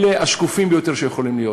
אלה השקופים ביותר שיכולים להיות.